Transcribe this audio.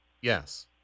Yes